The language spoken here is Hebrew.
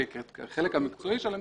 כחלק המקצועי של המשרד,